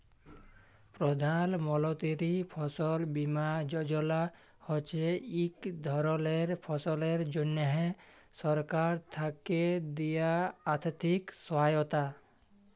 প্রধাল মলতিরি ফসল বীমা যজলা হছে ইক ধরলের ফসলের জ্যনহে সরকার থ্যাকে দিয়া আথ্থিক সহায়তা